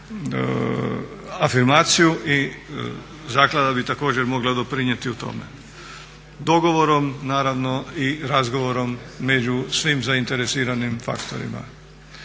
afirmaciju i zaklada bi također mogla doprinijeti u tome. Dogovorom naravno i razgovorom među svim zainteresiranim faktorima.